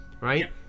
right